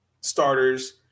starters